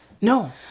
No